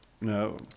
No